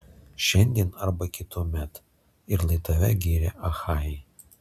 šiandien arba kituomet ir lai tave giria achajai